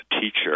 teacher